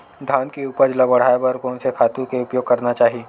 धान के उपज ल बढ़ाये बर कोन से खातु के उपयोग करना चाही?